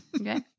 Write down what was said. Okay